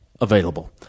available